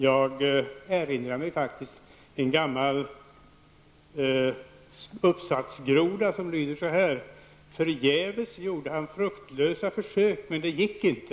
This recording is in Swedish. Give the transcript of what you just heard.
Jag erinrar mig faktiskt en gammal uppsatsgroda som lyder så här: Förgäves gjorde han fruktlösa försök, men det gick inte.